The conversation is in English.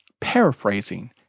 Paraphrasing